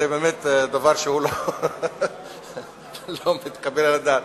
זה באמת דבר שהוא לא מתקבל על הדעת.